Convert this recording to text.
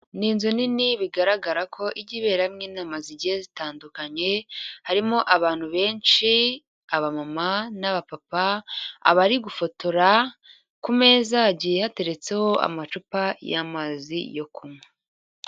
Ni inzu nini bigaragara ko igi iberamo inama zigiye zitandukanye, harimo abantu benshi abamama n'abapapa, abari gufotora, ku meza hagiye hateretseho amacupa y'amazi yo kunywa.